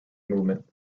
movement